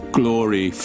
glory